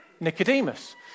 Nicodemus